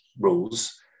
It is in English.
rules